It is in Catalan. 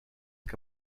que